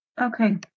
Okay